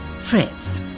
Fritz